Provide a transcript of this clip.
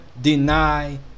deny